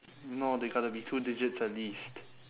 no they got to be two digits at least